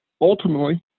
ultimately